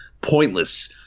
pointless